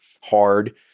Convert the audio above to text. hard